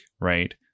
Right